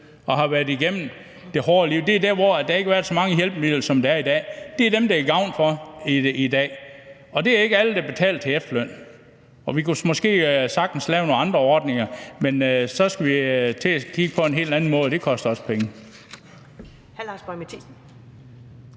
og har været igennem det hårde liv. Det er der, hvor der ikke har været så mange hjælpemidler, som der er i dag. Det er dem, det er til gavn for i dag. Det er ikke alle, der betaler til efterløn, og vi kunne måske sagtens lave nogle andre ordninger, men så skal vi til at kigge på det på en helt anden måde, og det koster også penge.